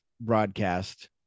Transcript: broadcast